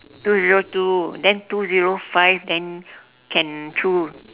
two zero two then two zero five then can choose